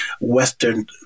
Western